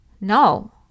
No